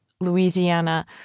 Louisiana